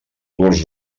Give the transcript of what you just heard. curs